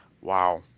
Wow